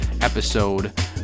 episode